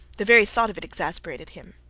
the very thought of it exasperated him.